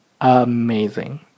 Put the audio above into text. Amazing